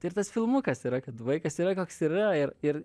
tai ir tas filmukas yra kad vaikas yra koks yra ir ir